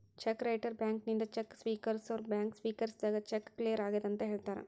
check writer ಬ್ಯಾಂಕಿನಿಂದ cheque ಸ್ವೇಕರಿಸೋರ್ bank ಸ್ವೇಕರಿಸಿದಾಗ ಚೆಕ್ ಕ್ಲಿಯರ್ ಆಗೆದಂತ ಹೇಳ್ತಾರ